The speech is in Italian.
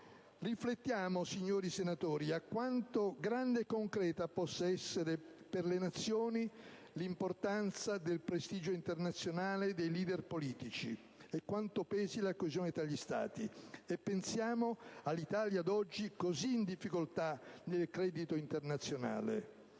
Riflettiamo, signori senatori, su quanto grande e "concreta" possa essere per le Nazioni l'importanza del prestigio internazionale dei *leader* politici e su quanto pesi la coesione tra gli Stati. E pensiamo all'Italia d'oggi così in difficoltà nel credito internazionale!